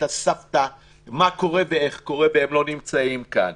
הסבתא מה קורה ואיך קורה והם לא נמצאים כאן,